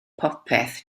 popeth